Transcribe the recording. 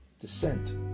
descent